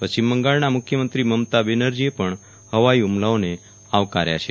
પશ્ચિમ બંગાળનાં મુખ્યમંત્રી મમતા બેનરજીએ પણ હવાઇ હુમલાઓને આવકાર્યા છે